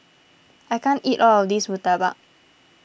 I can't eat all of this Murtabak